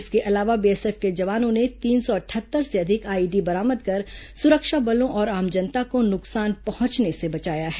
इसके अलावा बीएसएफ के जवानों ने तीन सौ अटहत्तर से अधिक आईईडी बरामद कर सुरक्षा बलों और आम जनता को नुकसान पहंचने से बचाया है